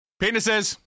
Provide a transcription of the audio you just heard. Penises